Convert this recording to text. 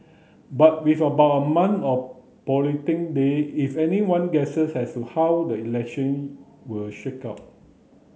but with about a month a day if anyone guesses as to how the election will shake out